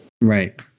Right